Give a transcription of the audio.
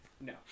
No